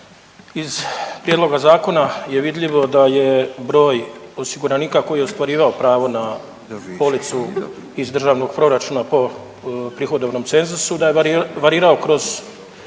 iz prijedloga zakona je vidljivo da je broj osiguranika koji je ostvarivao pravo na policu iz Državnog proračuna po prihodovnom cenzusu da je varirao kroz